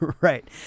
right